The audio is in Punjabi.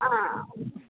ਹਾਂ